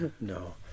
No